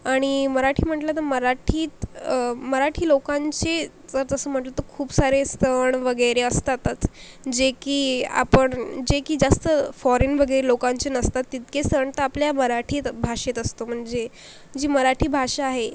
आणि मराठी म्हटलं तर मराठीत मराठी लोकांशी जर तसं म्हटलं तर खूप सारे सण वगैरे असतातच जे की आपण जे की जास्त फॉरेन वगैरे लोकांचे नसतात तितके सण तर आपल्या मराठीत भाषेत असतो म्हणजे जी मराठी भाषा आहे